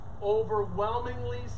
overwhelmingly